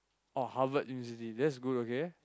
oh Harvard University that's good okay